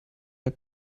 der